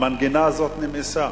המנגינה הזאת נמאסה.